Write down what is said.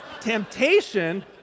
temptation